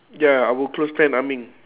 ya our close friend ah ming